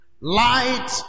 Light